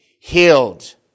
healed